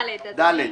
ל-(ד), אדוני.